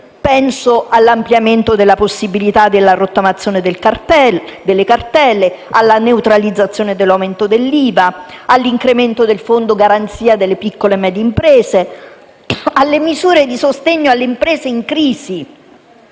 Penso all'ampliamento della possibilità della rottamazione delle cartelle, alla neutralizzazione dell'aumento dell'IVA, all'incremento del fondo di garanzia per le piccole e medie imprese, alle misure di sostegno alle imprese in crisi,